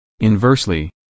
Inversely